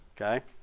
okay